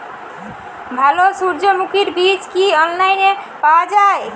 ভালো সূর্যমুখির বীজ কি অনলাইনে পাওয়া যায়?